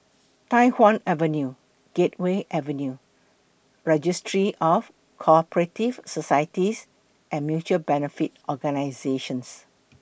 Tai Hwan Avenue Gateway Avenue Registry of Co Operative Societies and Mutual Benefit Organisations